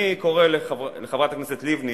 אני קורא לחברת הכנסת לבני